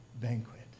banquet